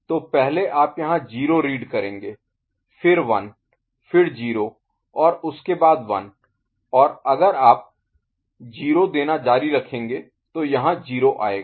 तो पहले आप यहाँ 0 रीड करेंगे फिर 1 फिर 0 और उसके बाद 1 और अगर आप 0 देना जारी रखेंगे तो यहाँ 0 आएगा